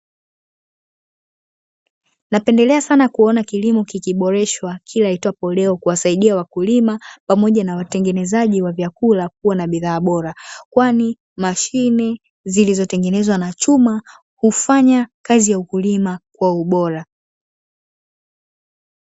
Napendelea sana kuona kilimo kikiboreshwa kila iitwapo leo, kuwasaidia wakulima pamoja na watengenezaji wa vyakula kuwa na bidhaa bora, kwani mashine zilizotengenezwa na chuma hufanya kazi ya ukulima kwa ubora.